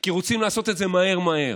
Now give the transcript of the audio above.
כי רוצים לעשו את זה מהר מהר.